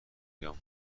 بیام